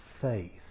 faith